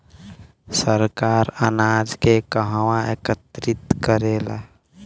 सरकार अनाज के कहवा एकत्रित करेला?